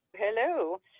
Hello